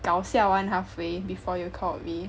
搞笑 [one] halfway before you called me